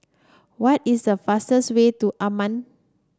what is the fastest way to Amman